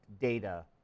data